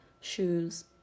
shoes